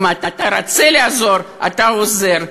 אם אתה רוצה לעזור, אתה עוזר.